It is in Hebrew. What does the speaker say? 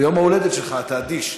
ביום ההולדת שלך אתה אדיש.